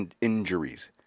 injuries